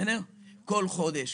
בכל חודש,